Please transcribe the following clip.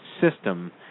system